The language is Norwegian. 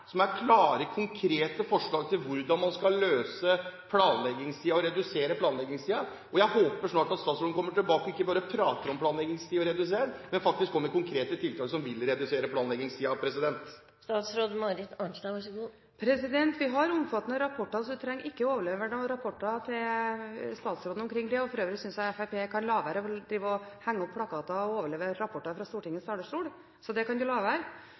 som er klare, konkrete forslag til hvordan man skal løse og redusere planleggingstiden. Jeg håper snart at statsråden kommer tilbake – ikke bare prater om planleggingstid og å redusere den, men faktisk kommer med konkrete tiltak som vil redusere planleggingstiden. Vi har omfattende rapporter, så representanten trenger ikke å overlevere noen rapporter til statsråden om det. For øvrig synes jeg Fremskrittspartiet kan la være å drive å henge opp plakater og overlevere rapporter fra Stortingets talerstol – det kan de la være.